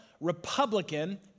Republican